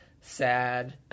sad